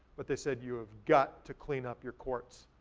but they said, you have got to clean up your courts,